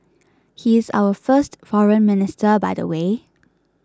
he is our first Foreign Minister by the way